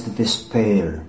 despair